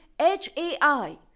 HAI